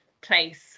place